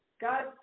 God